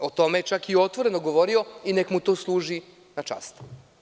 O tome je čak otvoreno govorio i neka mu to služi na čast.